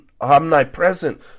omnipresent